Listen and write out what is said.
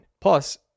Plus